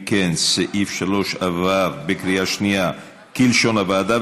אם כן, סעיף 3 עבר בקריאה שנייה, כלשון הוועדה.